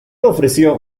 ofreció